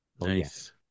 Nice